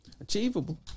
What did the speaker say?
Achievable